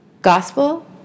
Gospel